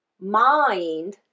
mind